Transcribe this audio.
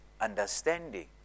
understanding